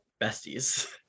besties